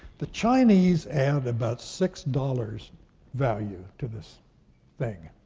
the chinese add about six dollars value to this thing,